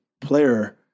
player